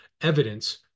evidence